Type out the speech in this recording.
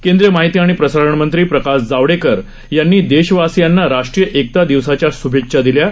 केंद्रीय माहिती आणि प्रसारण मंत्री प्रकाश जावडेकर यांनी देशवासियांना राष्ट्रीय एकता दिवसाच्या शुभेच्छा दिल्या आहेत